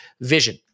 vision